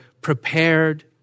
prepared